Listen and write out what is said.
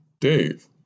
Dave